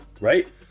right